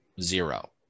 zero